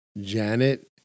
Janet